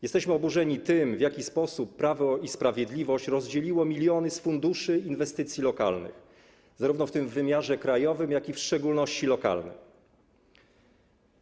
Jesteśmy oburzeni tym, w jaki sposób Prawo i Sprawiedliwość rozdzieliło miliony z funduszu inwestycji lokalnych, zarówno w wymiarze krajowym, jak i w szczególności w wymiarze lokalnym.